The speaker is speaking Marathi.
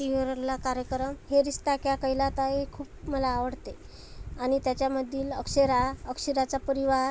टीव्हीवरला कार्यक्रम हे रिश्ता क्या कहलाता है खूप मला आवडते आणि त्याच्यामधील अक्षरा अक्षराचा परिवार